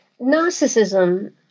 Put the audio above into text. narcissism